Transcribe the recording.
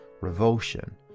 revulsion